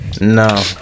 No